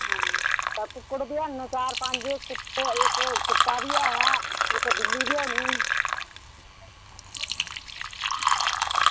ते कुक्कड़ बी हैन चार पंज ते इक्क कुत्ता बी ऐ इक्क बिल्ली बी ऐही